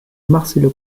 marcelo